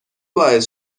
باعث